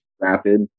rapid